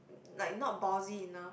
like not enough